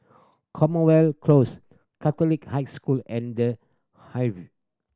Common Well Close Catholic High School and The Hive